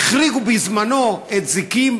החריגו בזמנו את זיקים,